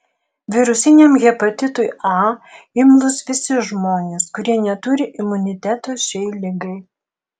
virusiniam hepatitui a imlūs visi žmonės kurie neturi imuniteto šiai ligai